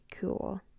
cool